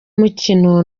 mukino